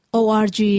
org